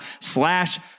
slash